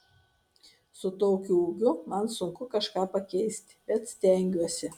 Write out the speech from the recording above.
su tokiu ūgiu man sunku kažką pakeisti bet stengiuosi